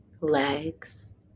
legs